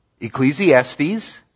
Ecclesiastes